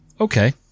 Okay